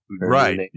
Right